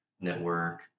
network